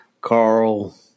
Carl